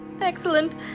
Excellent